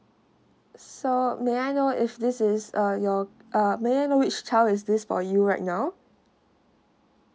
so may I know if this is uh your uh may I know which child is this for you right now uh